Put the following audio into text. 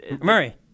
Murray